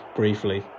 briefly